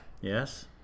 Yes